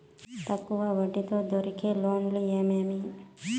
తక్కువ వడ్డీ తో దొరికే లోన్లు ఏమేమీ?